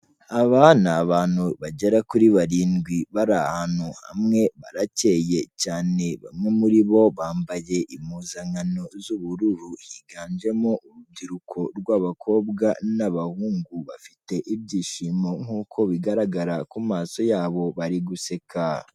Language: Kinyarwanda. Aba ni abantu bagera kuri barindwi, bari ahantu hamwe, baracyeye cyane, bamwe muri bo bambaye impuzankano z'ubururu, higanjemo urubyiruko rw'abakobwa n'abahungu, bafite ibyishimo nk'uko bigaragara ku maso yabo bari guseka.